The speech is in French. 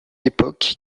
époque